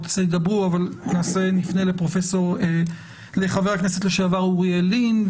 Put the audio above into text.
הכנסת ידברו נפנה לחבר הכנסת לשעבר אוריאל לין,